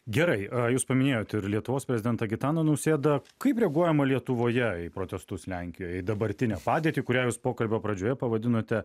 gerai jūs paminėjot ir lietuvos prezidentą gitaną nausėdą kaip reaguojama lietuvoje į protestus lenkijoje į dabartinę padėtį kurią jūs pokalbio pradžioje pavadinote